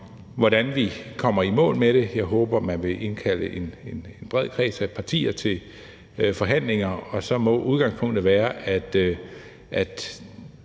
hvordan vi kommer i mål med det. Jeg håber, at man vil indkalde en bred kreds af partier til forhandlinger, og så må udgangspunktet være, at